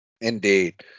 Indeed